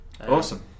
Awesome